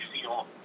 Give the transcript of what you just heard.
feel